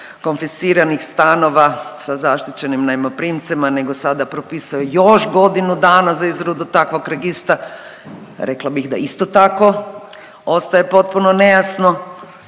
konfisciranih stanova sa zaštićenim najmoprimcima nego sada propisao još godinu dana za izradu takvih registra. Rekla bih da isto tako ostaje potpuno nejasno